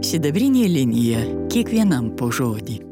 sidabrinė linija kiekvienam po žodį